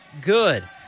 good